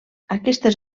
aquestes